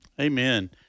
Amen